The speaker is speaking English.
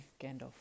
Gandalf